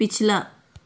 पिछला